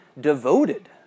devoted